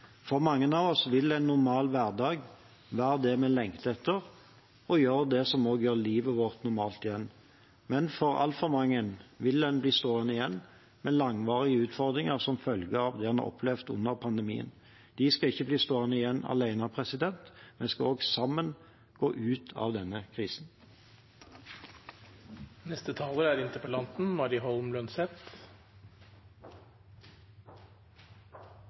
For mange av oss vil en normal hverdag være det vi lengter etter: å gjøre det som vil gjøre livet vårt normalt igjen. Men altfor mange vil bli stående igjen med langvarige utfordringer som følge av det en har opplevd under pandemien. De skal ikke bli stående igjen alene – vi skal også sammen gå ut av denne krisen.